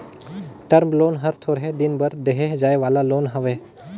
term loan हर थोरहें दिन बर देहे जाए वाला लोन हवे